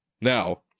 Now